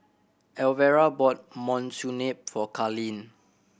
Alvera bought Monsunabe for Carlene